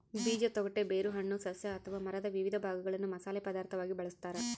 ಬೀಜ ತೊಗಟೆ ಬೇರು ಹಣ್ಣು ಸಸ್ಯ ಅಥವಾ ಮರದ ವಿವಿಧ ಭಾಗಗಳನ್ನು ಮಸಾಲೆ ಪದಾರ್ಥವಾಗಿ ಬಳಸತಾರ